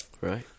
Right